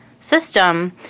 system